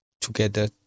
together